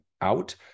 out